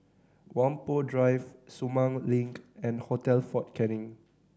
Whampoa Drive Sumang Link and Hotel Fort Canning